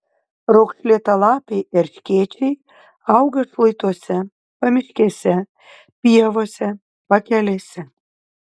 raukšlėtalapiai erškėčiai auga šlaituose pamiškėse pievose pakelėse